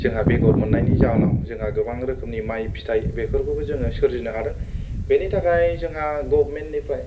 जोंहा बेगर मोननायनि जाहोनाव जोंहा गोबां रोखोमनि माइ फिथाइ बेफोरखौबो जोङो सोरजिनो हादों बेनि थाखाय जोंहा गभार्नमेन्टनिफ्राय